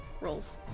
rolls